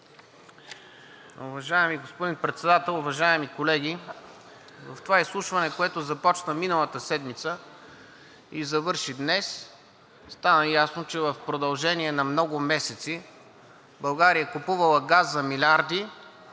Уважаеми господин Председател, уважаеми колеги! В това изслушване, което започна миналата седмица и завърши днес, стана ясно, че в продължение на много месеци България е купувала газ за милиарди